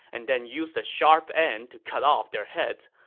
and then used the sharp end to cut off their heads,